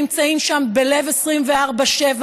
שנמצאים שם ב"הלב 24/7"